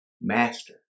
master